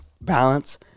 balance